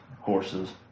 horses